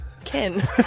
Ken